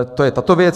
To je tato věc.